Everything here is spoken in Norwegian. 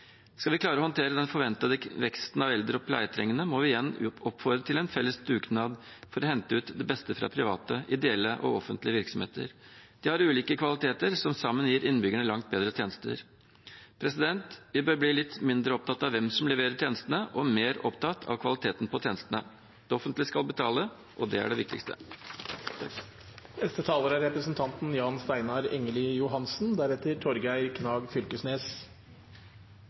Skal vi klare å håndtere den forventede veksten av eldre og pleietrengende, må vi igjen oppfordre til en felles dugnad for å hente ut det beste fra private, ideelle og offentlige virksomheter. De har ulike kvaliteter, som sammen gir innbyggerne langt bedre tjenester. Vi bør bli litt mindre opptatt av hvem som leverer tjenestene, og mer opptatt av kvaliteten på tjenestene. Det offentlige skal betale, og det er det viktigste. Det viktigste vi gjør for våre innbyggere på helsefeltet, er